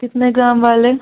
कितने ग्राम वाले